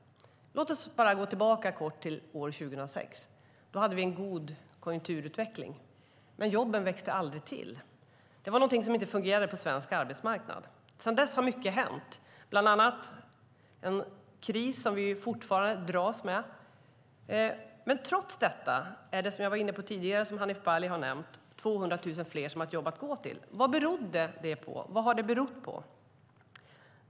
Låt oss gå tillbaka till år 2006. Då hade vi en god konjunkturutveckling, men jobben växte aldrig till. Det var någonting som inte fungerade på svensk arbetsmarknad. Sedan dess har mycket hänt. Det har bland annat varit en kris som vi fortfarande dras med. Trots detta är det, som jag var inne på tidigare och som Hanif Bali har nämnt, 200 000 fler som har ett jobb att gå till. Vad beror det på?